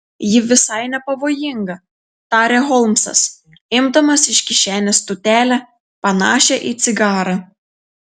ji visai nepavojinga tarė holmsas imdamas iš kišenės tūtelę panašią į cigarą